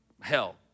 hell